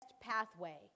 pathway